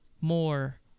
more